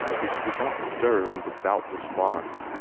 which did not stir in devout response.